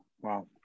wow